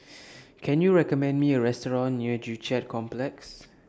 Can YOU recommend Me A Restaurant near Joo Chiat Complex